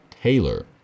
Taylor